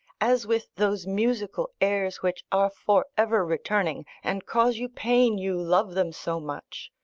as with those musical airs which are for ever returning, and cause you pain, you love them so much.